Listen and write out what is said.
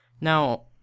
Now